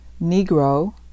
Negro